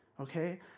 Okay